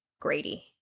Grady